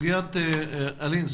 אלין,